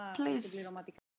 please